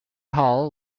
hall